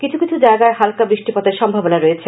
কিছু কিছু জায়গায় হালকা বৃষ্টিপাতের সম্ভাবনা রয়েছে